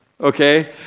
okay